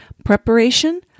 Preparation